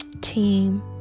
team